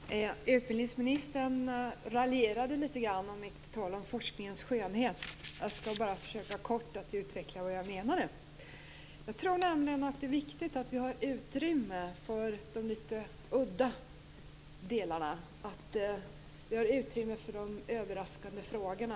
Fru talman! Utbildningsministern raljerade litet grand över mitt tal om forskningens skönhet. Jag skall bara kort försöka utveckla vad jag menade. Jag tror att det är viktigt att det finns utrymme för de litet udda delarna och de litet överraskande frågorna.